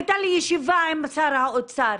הייתה לי ישיבה עם שר האוצר,